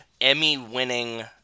Emmy-winning